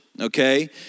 okay